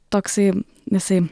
toksai jisai